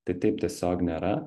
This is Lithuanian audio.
tai taip tiesiog nėra